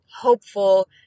hopeful